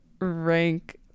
rank